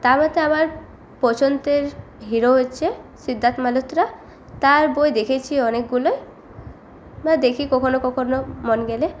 তার মধ্যে আমার পছন্দের হিরো হচ্ছে সিদ্ধার্থ মালহোত্রা তার বই দেখেছি অনেকগুলোই বা দেখি কখনও কখনও মন গেলে